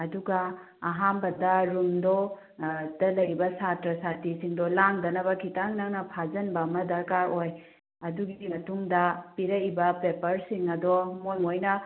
ꯑꯗꯨꯒ ꯑꯍꯥꯟꯕꯗ ꯔꯨꯝꯗꯣ ꯑꯗ ꯂꯩꯕ ꯁꯥꯇ꯭ꯔ ꯁꯥꯇ꯭ꯔꯤꯁꯤꯡꯗꯣ ꯂꯥꯡꯗꯅꯕ ꯈꯤꯇꯪ ꯅꯪꯅ ꯐꯥꯖꯤꯟꯕ ꯑꯃ ꯗꯔꯀꯥꯔ ꯑꯣꯏ ꯑꯗꯨꯒꯤ ꯃꯇꯨꯡꯗ ꯄꯤꯔꯛꯏꯕ ꯄꯦꯄꯔꯁꯤꯡ ꯑꯗꯣ ꯃꯣꯏ ꯃꯣꯏꯅ